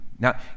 Now